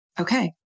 Okay